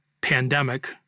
pandemic